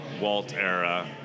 Walt-era